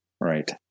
Right